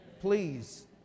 Please